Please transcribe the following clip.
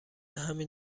همین